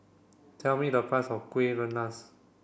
tell me the price of Kueh Rengas